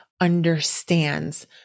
understands